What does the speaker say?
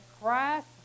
Christ